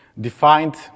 defined